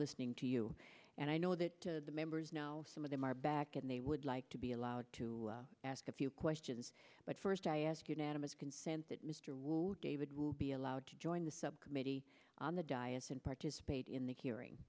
listening to you and i know that the members know some of them are back and they would like to be allowed to ask a few questions but first i ask unanimous consent that mr wu david will be allowed to join the subcommittee on the diocese and participate in the hearing